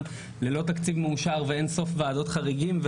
ללא תקציב מאושר ואין סוף ועדות חריגים,